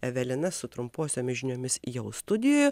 evelina su trumposiomis žiniomis jau studijoje